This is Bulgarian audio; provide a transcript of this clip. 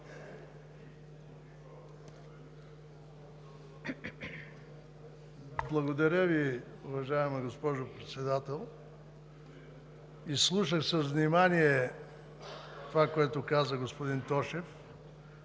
Благодаря Ви, уважаема госпожо Председател. Изслушах с внимание това, което каза господин Тошев.